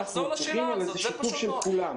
זה שיתוף של כולם.